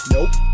Nope